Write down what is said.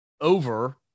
over